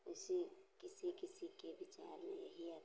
इसे किसी किसी के विचार में यही आता है